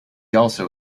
also